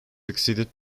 succeeded